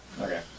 Okay